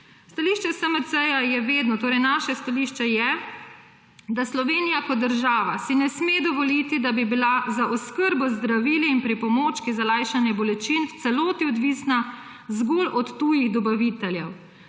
Stališče SMC, torej naše stališče je vedno, da si Slovenija kot država ne sme dovoliti, da bi bila za oskrbo z zdravili in pripomočki za lajšanje bolečin v celoti odvisna zgolj od tujih dobaviteljev.